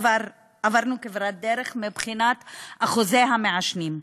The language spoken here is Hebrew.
כבר עברנו כברת דרך מבחינת אחוזי המעשנים: